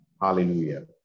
Hallelujah